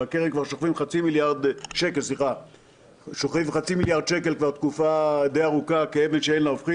ובקרן שוכבים חצי מיליארד שקל כבר תקופה די ארוכה כאבן שאין לה הופכין.